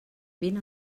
vine